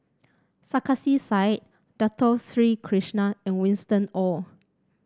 Sarkasi Said Dato Sri Krishna and Winston Oh